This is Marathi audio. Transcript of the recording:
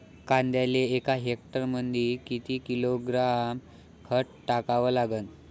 कांद्याले एका हेक्टरमंदी किती किलोग्रॅम खत टाकावं लागन?